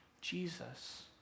Jesus